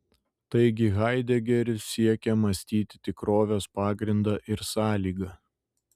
taigi haidegeris siekia mąstyti tikrovės pagrindą ir sąlygą